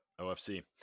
OFC